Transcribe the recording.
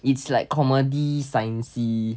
it's like comedy science